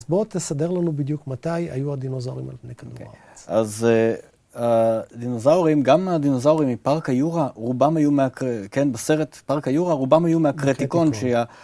אז בוא תסדר לנו בדיוק מתי היו הדינוזאורים על פני כדור הארץ. אז הדינוזאורים, גם הדינוזאורים מפארק היורה, רובם היו מה... כן, בסרט פארק היורה, רובם היו מהקריטיקון, שהיה...